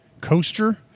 coaster